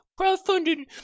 crowdfunded